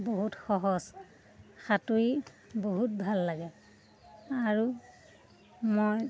বহুত সহজ সাঁতুৰি বহুত ভাল লাগে আৰু মই